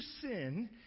sin